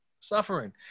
Suffering